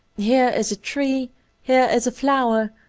here is a tree here is a fiower,